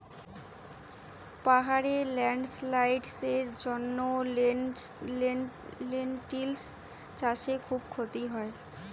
পাহাড়ে ল্যান্ডস্লাইডস্ এর জন্য লেনটিল্স চাষে খুব ক্ষতি হয়